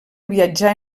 viatjar